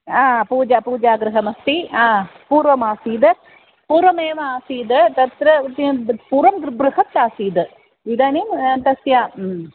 हा पूजा पूजागृहमस्ति आं पूर्वमासीद् पूर्वमेव आसीद् तत्र पूर्वं बृहत् आसीद् इदानीं तस्य